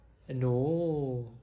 err no